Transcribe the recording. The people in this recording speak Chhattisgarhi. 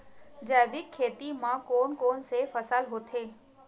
जैविक खेती म कोन कोन से फसल होथे?